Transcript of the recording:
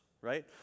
right